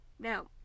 Now